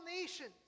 nations